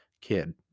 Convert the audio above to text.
kid